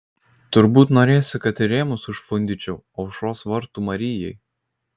turbūt norėsi kad ir rėmus užfundyčiau aušros vartų marijai